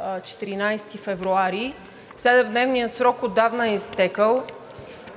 14 февруари – 7-дневният срок отдавна е изтекъл,